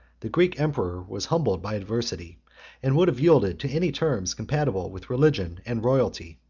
the greek emperor was humbled by adversity and would have yielded to any terms compatible with religion and royalty.